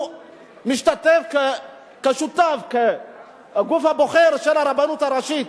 משתתף כשותף בגוף הבוחר של הרבנות הראשית,